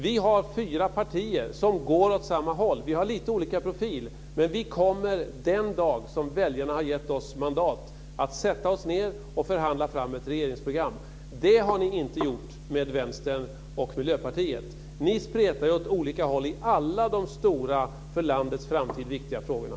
Vi har fyra partier som går åt samma håll. Vi har lite olika profil, men den dag som väljarna ger oss mandat kommer vi att sätta oss ned och förhandla fram ett regeringsprogram. Det har ni inte gjort med Vänstern och Miljöpartiet. Ni spretar åt olika håll i alla de stora och för landets framtid viktiga frågorna.